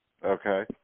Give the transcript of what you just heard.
Okay